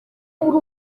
muri